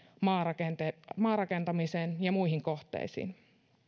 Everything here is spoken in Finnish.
maarakentamiseen maarakentamiseen ja muihin kohteisiin